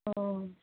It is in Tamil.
ஓ